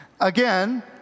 Again